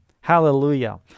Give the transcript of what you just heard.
Hallelujah